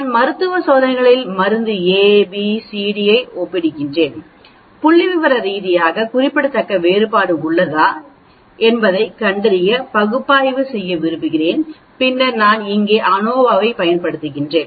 நான் மருத்துவ சோதனைகளில் மருந்து A B C D ஐ ஒப்பிடுகிறேன் புள்ளிவிவர ரீதியாக குறிப்பிடத்தக்க வேறுபாடு உள்ளதா என்பதைக் கண்டறிய பகுப்பாய்வு செய்ய விரும்புகிறேன் பின்னர் நான் இங்கே ANOVA ஐப் பயன்படுத்துகிறேன்